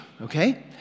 okay